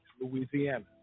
Louisiana